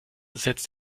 setzt